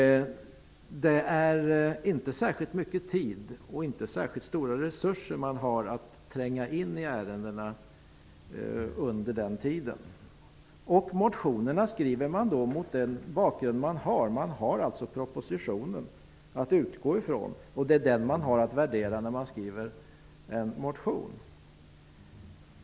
Det är inte särskilt mycket tid och inte särskilt stora resurser som man har för att tränga in i ärendena. När man skriver motionerna är det propositionen som man har att utgå från. Det är alltså propositionen som skall värderas när man skriver en motion.